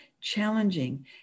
challenging